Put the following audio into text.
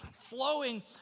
flowing